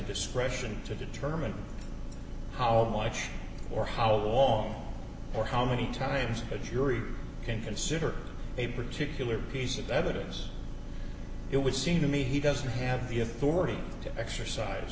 discretion to determine how much or how long or how many times the jury can consider a particular piece of evidence it would seem to me he doesn't have the authority to exercise